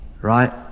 Right